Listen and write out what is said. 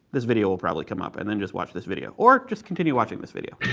this video will probably come up. and then just watch this video. or, just continue watching this video.